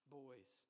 boys